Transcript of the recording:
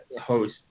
host